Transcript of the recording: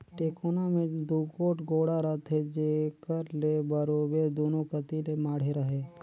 टेकोना मे दूगोट गोड़ा रहथे जेकर ले बरोबेर दूनो कती ले माढ़े रहें